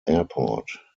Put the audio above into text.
airport